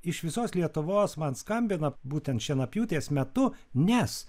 iš visos lietuvos man skambina būtent šienapjūtės metu nes